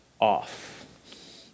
off